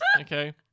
okay